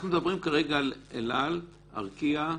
אנחנו מדברים כרגע על אל על, ארקיע,